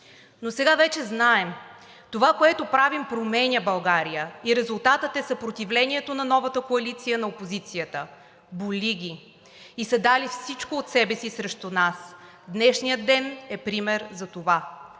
Но сега вече знаем – това, което правим, променя България и резултатът е съпротивлението на новата коалиция на опозицията. Боли ги и са дали всичко от себе си срещу нас. Днешният ден е пример за това.